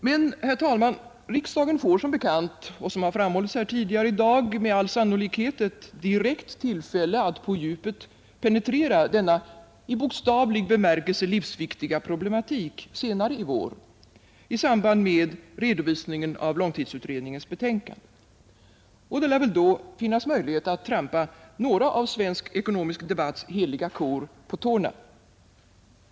Men, herr talman, riksdagen får som bekant och som framhållits här tidigare i dag med all sannolikhet ett direkt tillfälle att på djupet penetrera denna i bokstavlig bemärkelse livsviktiga problematik senare i vår, i samband med redovisningen av långtidsutredningens betänkande, och det lär då finnas möjlighet att trampa några av svensk ekonomisk debatts heliga kor på tårna.